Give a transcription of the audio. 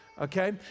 Okay